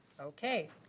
okay.